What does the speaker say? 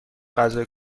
غذای